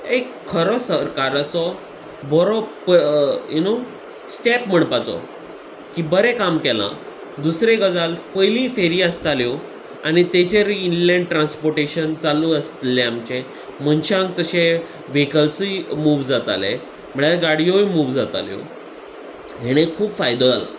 एक खरो सरकाराचो बरो यु नो स्टेप म्हणपाचो की बरें काम केलां दुसरी गजाल पयली फेरी आसताल्यो आनी तेचेरूय इनलेंड ट्रान्सपोटेशन चालू आसलें आमचे मनशांक तशे वेहीकल्सूय मुव जाताले म्हळ्यार गाडयोय मुव जाताल्यो हेण खूब फायदो जाला